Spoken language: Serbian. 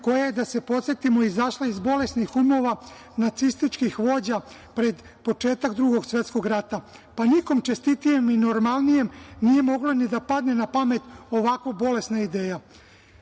koja je, da se podsetimo, izašla iz bolesnih umova nacističkih vođa pred početak Drugog svetskog rata. Nikom čestitijem i normalnijem nije moglo ni da padne na pamet ovako bolesna ideja.